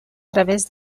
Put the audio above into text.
través